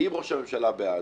אם ראש הממשלה בעד